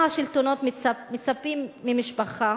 לא ברור מה השלטונות מצפים ממשפחה